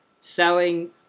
selling